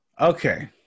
Okay